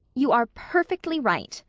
you are perfectly right,